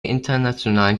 internationalen